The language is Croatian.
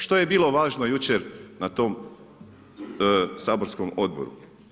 Što je bilo važno jučer, na tom saborskom odboru?